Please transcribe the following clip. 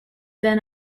then